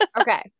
okay